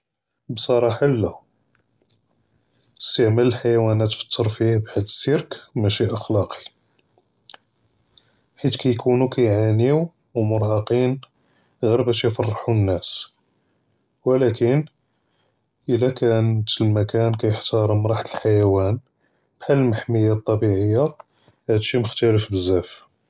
בְּצׇרָאחָה אִלָּא אִסְתִעְמَال אֶלְחַיַונַات פִּי אֶלְתַּרְפִּיָּה בְּחֵאל אֶסִּירְק מַשִּי אֶתְ'לַאקִי חֵית כּיִקוּנוּ כּיַעְנִיוּ וּמְרַהְּקִין גִּיר בַּאש יְפַרְחּוּ נַאס, וְלָקִין אִלָּא קָאן שִי מָקַאן כּיַחְתַארֵם רַחַאת אֶלְחַיַואן בְּחֵאל אֶלְמֻחַמִיַּה אֶלְטַּבִּיעִיָּה הַדּ אֶשִּׁי מֻכְתַלִיף בְּזַאף.